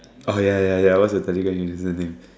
okay ya ya ya what's your telegram username